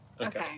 Okay